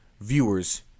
viewers